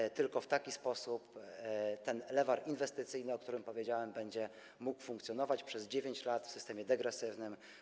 I tylko w taki sposób ten lewar inwestycyjny, o którym powiedziałem, będzie mógł funkcjonować przez 9 lat w systemie degresywnym.